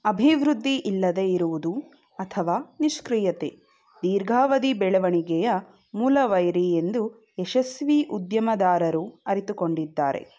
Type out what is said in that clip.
ಅಭಿವೃದ್ಧಿ ಇಲ್ಲದೇ ಇರುವುದು ಅಥವಾ ನಿಷ್ಕ್ರಿಯತೆ ದೀರ್ಘಾವಧಿ ಬೆಳವಣಿಗೆಯ ಮೂಲವೈರಿ ಎಂದು ಯಶಸ್ವಿ ಉದ್ಯಮದಾರರು ಅರಿತುಕೊಂಡಿದ್ದಾರೆ